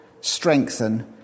strengthen